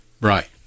Right